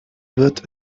wird